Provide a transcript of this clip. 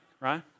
Right